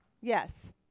Yes